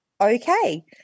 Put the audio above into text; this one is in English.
okay